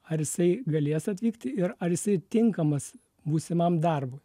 ar jisai galės atvykti ir ar jisai tinkamas būsimam darbui